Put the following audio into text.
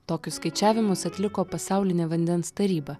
tokius skaičiavimus atliko pasaulinė vandens taryba